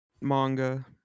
manga